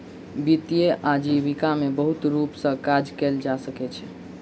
वित्तीय आजीविका में बहुत रूप सॅ काज कयल जा सकै छै